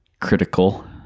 critical